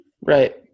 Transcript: Right